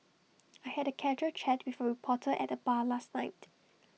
I had A casual chat with A reporter at the bar last night